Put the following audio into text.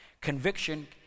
Conviction